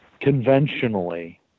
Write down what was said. conventionally